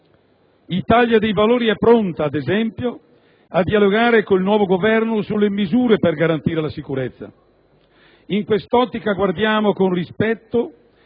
Italia dei Valori è pronta, ad esempio, a dialogare con il nuovo Governo sulle misure per garantire la sicurezza. In questa ottica, guardiamo con rispetto